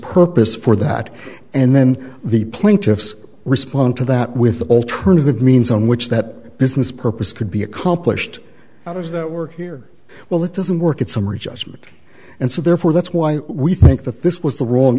purpose for that and then the plaintiffs respond to that with the alternative means on which that business purpose could be accomplished how does that work here well it doesn't work in summary judgment and so therefore that's why we think that this was the wrong